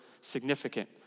significant